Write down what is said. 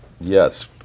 yes